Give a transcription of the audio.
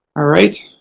alright.